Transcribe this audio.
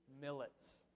millets